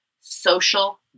social